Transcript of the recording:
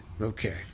Okay